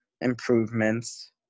improvements